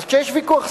אז כשיש ויכוח,